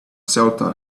ceuta